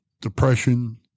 depression